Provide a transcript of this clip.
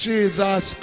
Jesus